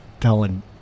telling